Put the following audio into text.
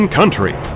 Country